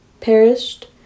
perished